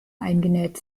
eingenäht